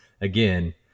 Again